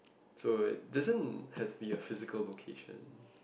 so it doesn't have to be a physical location